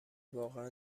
واقعا